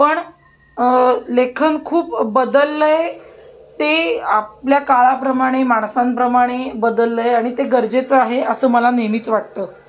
पण लेखन खूप बदललं आहे ते आपल्या काळाप्रमाणे माणसांप्रमाणे बदललं आहे आणि ते गरजेचं आहे असं मला नेहमीच वाटतं